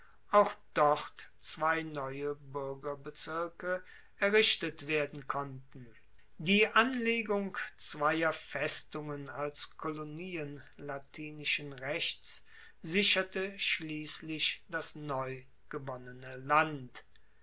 auch dort zwei neue buergerbezirke errichtet werden konnten die anlegung zweier festungen als kolonien latinischen rechts sicherte schliesslich das neu gewonnene land